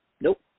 Nope